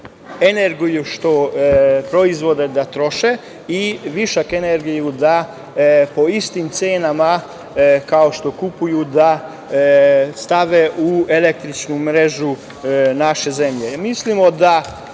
energiju koju proizvode da troše i višak energije da po istim cenama kao što kupuju da stave u električnu mrežu naše zemlje. Mislimo da